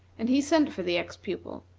and he sent for the ex-pupil.